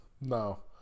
No